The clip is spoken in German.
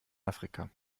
afrika